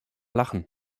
lachen